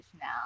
now